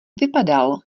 vypadal